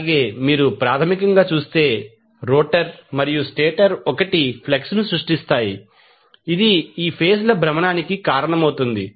అలాగే మీరు ప్రాథమికంగా చూస్తే రోటర్ మరియు స్టేటర్ 1 ఫ్లక్స్ ను సృష్టిస్తాయి ఇది ఈ ఫేజ్ ల భ్రమణానికి కారణమవుతుంది